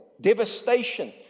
devastation